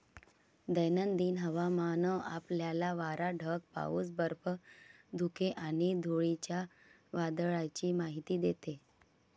दैनंदिन हवामान आपल्याला वारा, ढग, पाऊस, बर्फ, धुके आणि धुळीच्या वादळाची माहिती देते